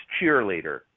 cheerleader